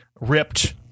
ripped